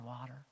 water